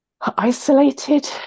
isolated